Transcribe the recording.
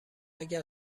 اگر